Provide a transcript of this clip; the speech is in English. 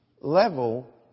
level